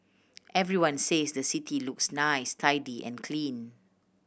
everyone says the city looks nice tidy and clean